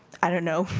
i don't know,